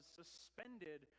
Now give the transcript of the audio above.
suspended